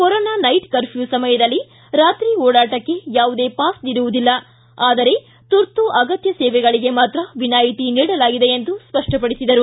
corona night curfew ಸಮಯದಲ್ಲಿ ರಾತ್ರಿ ಓಡಾಟಕ್ಕೆ ಯಾವುದೇ ಪಾಸ್ ನೀಡುವುದಿಲ್ಲ ಆದರೆ ತುರ್ತು ಅಗತ್ಯ ಸೇವೆಗಳಿಗೆ ಮಾತ್ರ ವಿನಾಯಿತಿ ನೀಡಲಾಗಿದೆ ಎಂದು ಸ್ಪಷ್ಟಪಡಿಸಿದರು